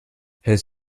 his